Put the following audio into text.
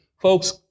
Folks